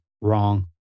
wrong